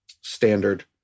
standard